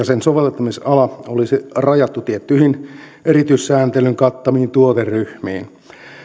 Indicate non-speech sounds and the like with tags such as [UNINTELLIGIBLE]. [UNINTELLIGIBLE] sen soveltamisala olisi rajattu tiettyihin erityissääntelyn kattamiin tuoteryhmiin